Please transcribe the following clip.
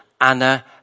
Anna